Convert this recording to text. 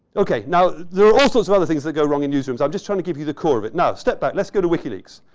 ok. now, there are all sorts of other things that go wrong in newsrooms. i'm just trying to give you the core of it. no, step back. let's go to wikileaks.